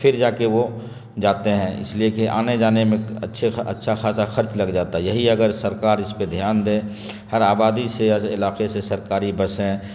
پھر جا کے وہ جاتے ہیں اس لیے کہ آنے جانے میں اچھے اچھا خاصا خرچ لگ جاتا یہی اگر سرکار اس پہ دھیان دیں ہر آبادی سے عجرعلاقے سے سرکاری بسیں